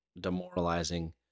demoralizing